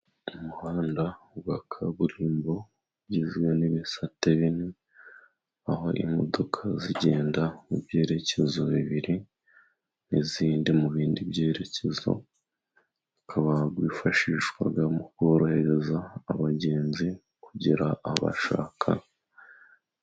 Umuhanda wa kaburimbo ugizwe n'ibisate bine, aho imodoka zigenda mu byerekezo bibiri n'izindi mu bindi byerekezo, ukaba wifashishwa mu korohereza abagenzi kugera aho bashaka.